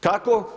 Kako?